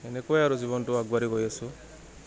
এনেকৈ আৰু জীৱনটো আগবাঢ়ি গৈ আছোঁ